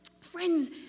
Friends